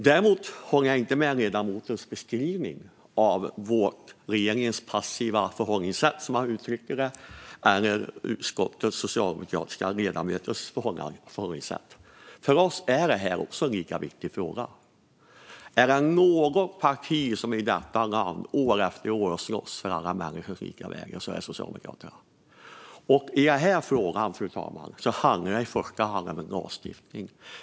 Däremot håller jag inte med om ledamotens beskrivning av regeringens passiva förhållningssätt, som han uttrycker det, eller utskottets socialdemokratiska ledamöters förhållningssätt. För oss är det här en lika viktig fråga. Är det något parti som i detta land år efter år har slagits för alla människors lika värde är det Socialdemokraterna. Fru talman! I den här frågan handlar det i första hand om lagstiftning.